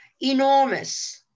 enormous